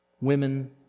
women